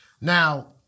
Now